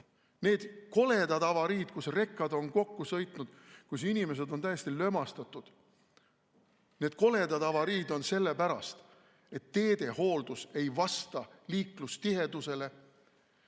Need koledad avariid, kus rekad on kokku sõitnud, kus inimesed on täiesti lömastatud, need koledad avariid on juhtunud sellepärast, et teehooldus ei vasta liiklustihedusele